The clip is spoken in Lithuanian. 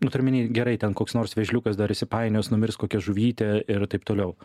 nu turiu omeny gerai ten koks nors vėžliukas dar įsipainios numirs kokia žuvytė ir taip toliau